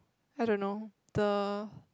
I don't know the